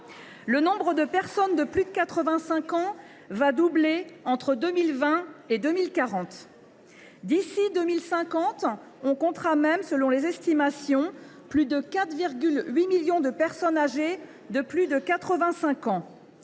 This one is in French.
le nombre de personnes de plus de 85 ans va doubler entre 2020 et 2040. D’ici à 2050, on comptera même, selon les estimations, plus de 4,8 millions de personnes âgées de plus de 85 ans.